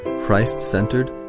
Christ-centered